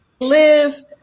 Live